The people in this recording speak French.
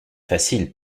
facile